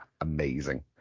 amazing